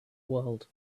world